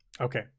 Okay